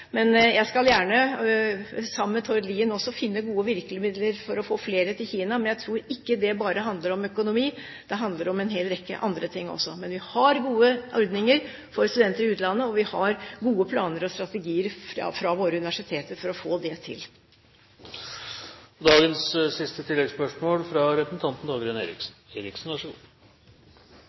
Men jeg skal gjerne, sammen med Tord Lien, også finne gode virkemidler for å få flere til Kina. Jeg tror ikke det bare handler om økonomi. Det handler om en hel rekke andre ting også. Vi har gode ordninger for studenter i utlandet, og vi har gode planer og strategier fra våre universiteter for å få det til.